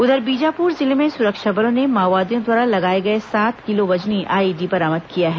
उधर बीजापुर जिले में सुरक्षा बलों ने माओवादियों द्वारा लगाए गए सात किलो वजनी आईईडी बरामद किया है